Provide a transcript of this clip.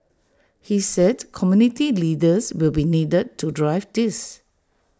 he said community leaders will be needed to drive this